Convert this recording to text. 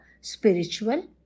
spiritual